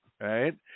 right